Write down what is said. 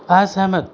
असहमत